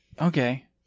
Okay